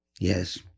Yes